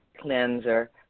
cleanser